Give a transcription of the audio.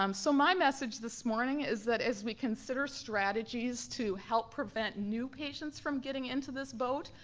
um so my message this morning is that as we consider strategies to help prevent new patients from getting into this boat,